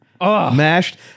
Mashed